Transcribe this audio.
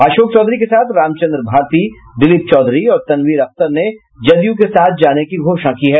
अशोक चौधरी के साथ रामचन्द्र भारती दिलीप चौधरी और तनवीर अख्तर ने जदयू के साथ जाने की घोषणा की है